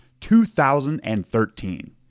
2013